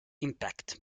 impact